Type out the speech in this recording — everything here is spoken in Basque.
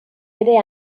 ere